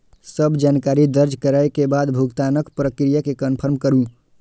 सब जानकारी दर्ज करै के बाद भुगतानक प्रक्रिया कें कंफर्म करू